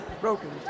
Broken